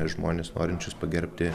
žmones norinčius pagerbti